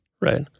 right